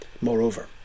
Moreover